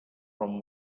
from